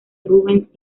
rubens